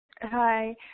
Hi